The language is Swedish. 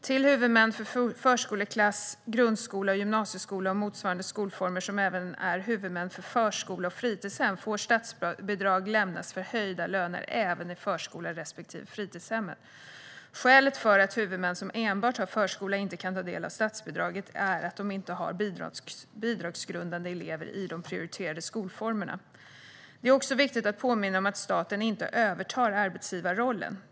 Till huvudmän för förskoleklass, grundskola, gymnasieskola och motsvarande skolformer som även är huvudmän för förskola eller fritidshem får statsbidrag lämnas för höjda löner även i förskolan respektive fritidshemmet. Skälet till att huvudmän som enbart har förskola inte kan ta del av statsbidraget är att de inte har bidragsgrundande elever i de prioriterade skolformerna. Det är också viktigt att påminna om att staten inte övertar arbetsgivarrollen.